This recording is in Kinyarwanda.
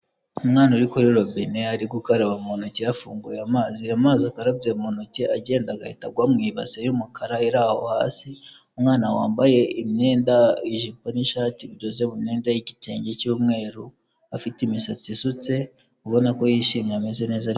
Umwana uri kuri robine ari gukaraba mu ntoki yafunguye amazi, amazi akarabye mu ntoki agenda agahita agwa mu ibase y'umukara iri aho hasi, umwana wambaye imyenda ijipo n'ishati bidoze mu myenda y'igitenge cy'umweru, afite imisatsi isutse, ubona ko yishimye ameze neza.